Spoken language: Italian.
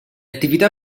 attività